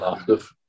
active